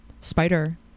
spider